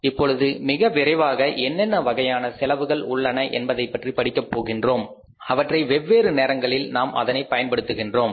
இப்பொழுது மிக விரைவாக என்னென்ன வகையான செலவுகள் உள்ளன என்பதைப் பற்றி படிக்க போகின்றோம் அவற்றை வெவ்வேறு நேரங்களில் நாம் அதனை பயன்படுத்தபோகின்றோம்